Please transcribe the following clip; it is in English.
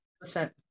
percent